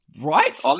Right